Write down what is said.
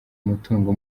umutungo